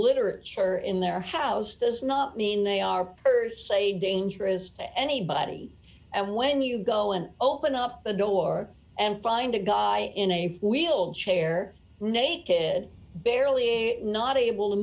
literature in their house does not mean they are per se dangerous to anybody and when you go and open up the door and find a guy in a wheelchair naked barely not able to